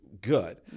good